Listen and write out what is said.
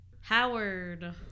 Howard